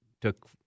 took